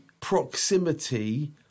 proximity